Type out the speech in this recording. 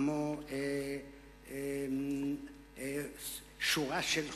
כמו שורה של חוקים,